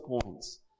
points